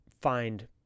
find